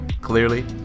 clearly